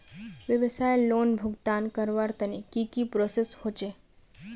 व्यवसाय लोन भुगतान करवार तने की की प्रोसेस होचे?